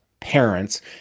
parents